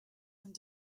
and